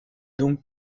donc